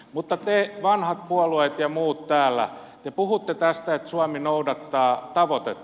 mutta te vanhat puolueet ja muut täällä te puhutte tästä että suomi noudattaa tavoitetta